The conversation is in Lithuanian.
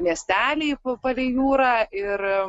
miesteliai palei jūrą ir